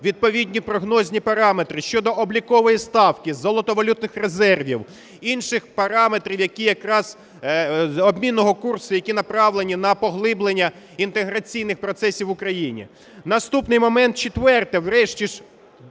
відповідні прогнозні параметри щодо облікової ставки, золотовалютних резервів, інших параметрів, які якраз… обмінного курсу, які направлені на поглиблення інтеграційних процесів в Україні. Наступний момент, четверте. Врешті